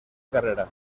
carrera